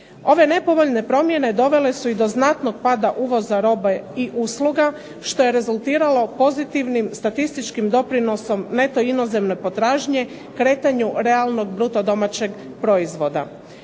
Ove nepovoljne promjene dovele su i do znatnog pada uvoza roba i usluga što je rezultiralo pozitivnim statističkim doprinosom neto inozemne potražnje kretanju realnog bruto domaćeg proizvoda.